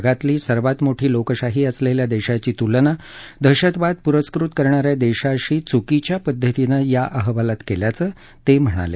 जगातली र्तित मोठी लोकशाही असलेल्या देशाची तुलना दहशतवाद पुरस्कृत करणाऱ्या देशाशी चुकीच्या पद्धतीनं या वालात केल्याचं ते म्हणाले